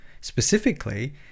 specifically